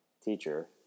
teacher